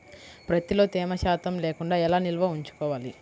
ప్రత్తిలో తేమ శాతం లేకుండా ఎలా నిల్వ ఉంచుకోవాలి?